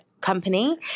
company